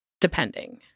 depending